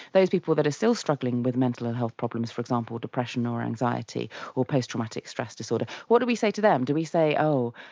those people that are still struggling with mental and health problems, for example depression or anxiety or post-traumatic stress disorder, what do we say to them? do we say, oh,